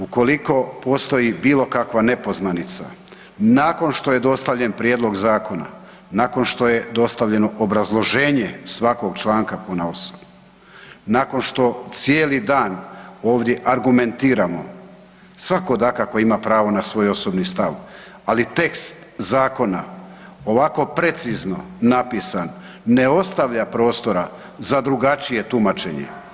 Ukoliko postoji bilo kakva nepoznanica nakon što je dostavljen prijedlog zakona, nakon što je dostavljeno obrazloženje svakog članka ponaosob, nakon što cijeli dan ovdje argumentiramo, svako dakako ima pravo na svoj osobni stav, ali tekst zakona ovako precizno napisan ne ostavlja prostora za drugačije tumačenje.